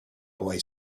boy